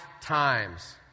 times